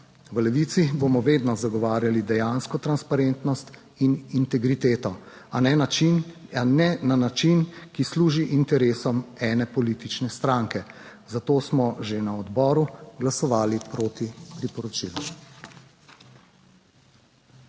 V Levici bomo vedno zagovarjali dejansko transparentnost in integriteto, a ne na način, ki služi interesom ene politične stranke. Zato smo že na odboru glasovali proti priporočilu.